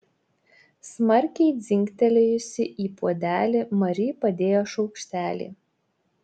smarkiai dzingtelėjusi į puodelį mari padėjo šaukštelį